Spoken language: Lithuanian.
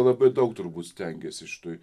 labai daug turbūt stengėsi šitoj